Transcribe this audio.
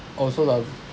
oh so like